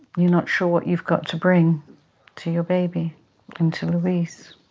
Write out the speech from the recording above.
you're not sure what you've got to bring to your baby and to louise,